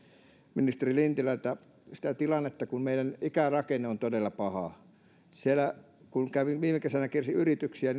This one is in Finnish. ministeri lintilältä siitä tilanteesta kun meillä ikärakenne on todella paha siellä kun kävin viime kesänä kiersin yrityksiä